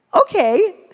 Okay